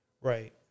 Right